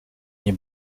nie